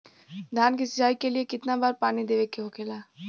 धान की सिंचाई के लिए कितना बार पानी देवल के होखेला?